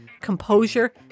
composure